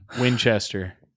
Winchester